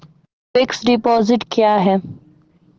Fixed deposit क्या हैं?